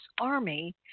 Army